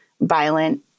violent